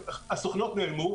חלקן של הסוכנויות נעלמו.